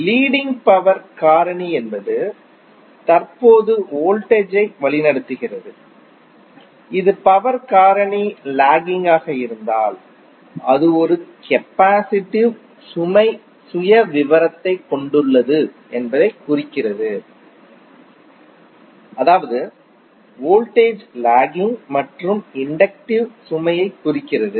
leading power காரணி என்பது தற்போது வோல்டேஜை வழிநடத்துகிறது இது பவர் காரணி லேக்கிங் ஆக இருந்தால் அது ஒரு கெபாசிடிவ் சுமை சுயவிவரத்தைக் கொண்டுள்ளது என்பதைக் குறிக்கிறது அதாவது வோல்டேஜ் லேக்கிங் மற்றும் இன்டக்டிவ் சுமையைக் குறிக்கிறது